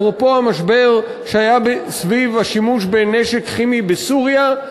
אפרופו המשבר שהיה סביב השימוש בנשק כימי בסוריה,